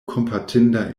kompatinda